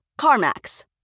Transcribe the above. CarMax